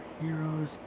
heroes